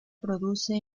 produce